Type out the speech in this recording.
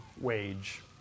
wage